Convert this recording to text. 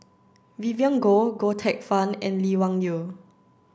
Vivien Goh Goh Teck Phuan and Lee Wung Yew